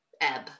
ebb